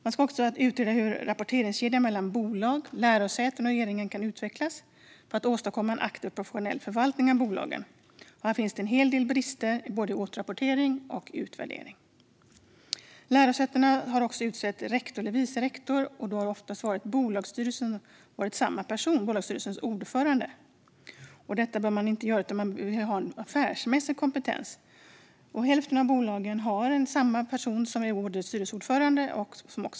Man bör också utreda hur rapporteringskedjan mellan bolag, lärosäte och regering kan utvecklas för att åstadkomma en aktiv och professionell förvaltning av bolagen. Här finns en hel del brister i både återrapportering och utvärdering. Lärosätena bör inte utse rektor eller vice rektor till bolagsstyrelsens ordförande utan utse en ordförande med affärsmässig kompetens. I dag har hälften av lärosätena samma person som rektor och styrelseordförande.